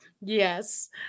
yes